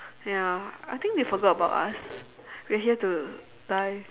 ya I think they forgot about us we're here to die